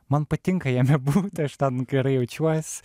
man patinka jame būt aš ten gerai jaučiuos